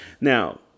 now